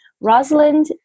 Rosalind